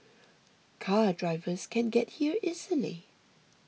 car drivers can get here easily